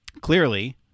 clearly